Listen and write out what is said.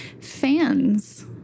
fans